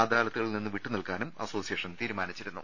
അദാലത്തുകളിൽനിന്ന് വിട്ടുന്നിൽക്കാനും അസോസിയേഷൻ തീരുമാനിച്ചിരുന്നു